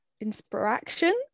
inspiration